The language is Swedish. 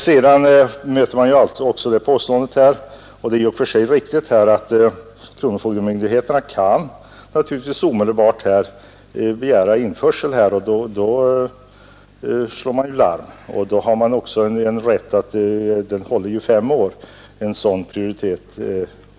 Man möter också påståendet — och det är riktigt — att kronofogdemyndigheterna naturligtvis omedelbart kan verkställa utmätning.